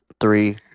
three